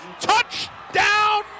Touchdown